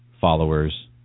followers